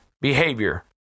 behavior